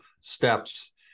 steps